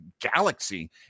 galaxy